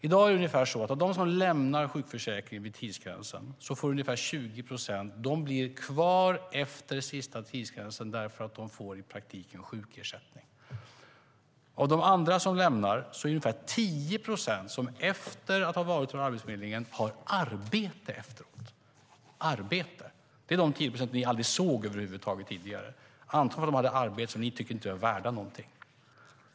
I dag är det ungefär 20 procent som blir kvar i sjukförsäkringen efter sista tidsgränsen därför att de i praktiken får sjukersättning. Av de som lämnar är det ungefär 10 procent som efter att de varit hos Arbetsförmedlingen har arbete. Det är de 10 procent som ni över huvud taget aldrig såg tidigare, antagligen för att de hade arbeten som ni inte tyckte var värda någonting.